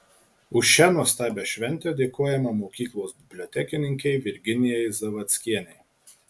už šią nuostabią šventę dėkojame mokyklos bibliotekininkei virginijai zavadskienei